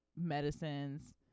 medicines